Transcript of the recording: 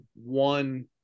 one